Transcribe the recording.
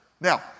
Now